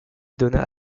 donna